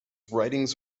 writings